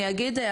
אני אגיד,